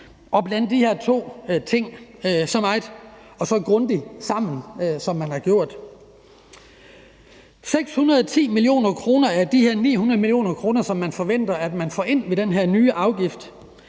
at blande de her to ting så meget og så grundigt sammen, som man har gjort. 610 mio. kr. af de her 900 mio. kr., som man forventer at få ind med den her nye afgift,